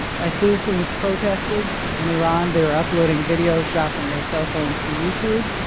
as citizens protested in iran they were uploading video shot from their cell phones to youtube.